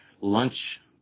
lunch